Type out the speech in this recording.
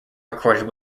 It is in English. recorded